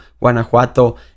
Guanajuato